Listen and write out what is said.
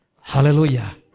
Hallelujah